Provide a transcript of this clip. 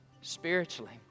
spiritually